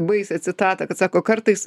baisią citatą kad sako kartais